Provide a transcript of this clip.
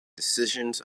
decisions